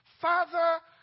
Father